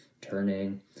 turning